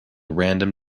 random